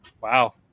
Wow